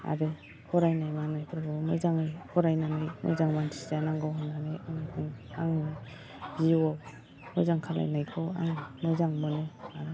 आरो फरायनाय मानायफोरखौबो मोजाङै फरायनानै मोजां मानसि जानांगौ होननानै आङो बुङो आं जिउआव मोजां खालामनायखौ आं मोजां मोनो आरो